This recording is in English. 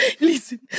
listen